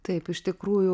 taip iš tikrųjų